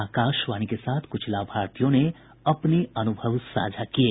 आकाशवाणी के साथ कुछ लाभार्थियों ने अपने अनुभव साझा किये